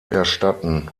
erstatten